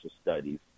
studies